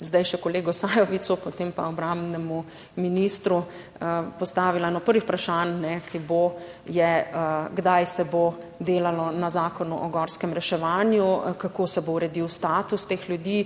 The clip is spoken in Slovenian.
zdaj še kolegu Sajovicu, potem pa obrambnemu ministru postavila eno prvih vprašanj, ki bo, je kdaj se bo delalo na Zakonu o gorskem reševanju, kako se bo uredil status teh ljudi,